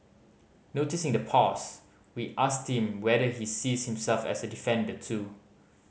noticing the pause we asked him whether he sees himself as a defender too